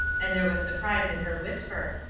and there was surprise in her whisper.